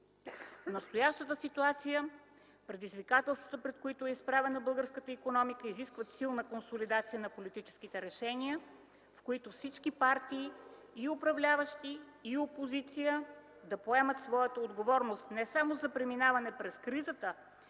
Настоящата ситуация, предизвикателствата, пред които е изправена българската икономика, изискват силна консолидация на политическите решения, в които всички партии – и управляващи и опозиция, да поемат своята отговорност не само за преминаване през кризата,